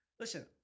Listen